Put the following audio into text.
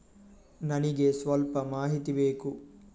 ನನಿಗೆ ಸ್ವಲ್ಪ ಮಾಹಿತಿ ಬೇಕು